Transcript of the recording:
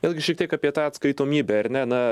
vėlgi šitiek apie tą atskaitomybę ar ne na